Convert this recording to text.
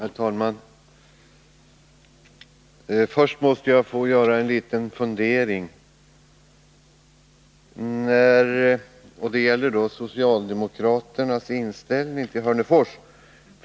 Herr talman! Först måste jag få framföra en liten fundering. Det gäller socialdemokraternas inställning till Hörnefors.